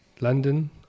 London